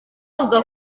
avuga